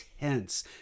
intense